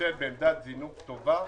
נמצאת בעמדת זינוק טובה.